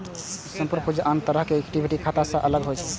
share पूंजी आन तरहक इक्विटी खाता सं अलग होइ छै